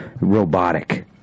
Robotic